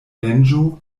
venĝo